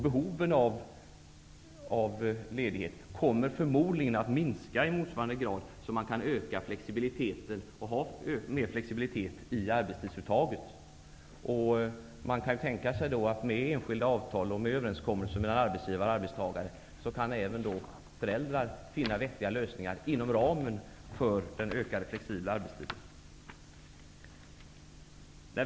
Behoven av ledighet kommer förmodligen att minska i samma grad som man kan öka flexibiliteten i arbetstidsförläggningen. Man kan också tänka sig att man genom enskilda avtal och överenskommelser mellan arbetsgivare och arbetstagare kan finna vettiga lösningar inom ramen för en flexibel arbetstid.